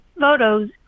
photos